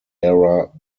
era